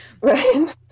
right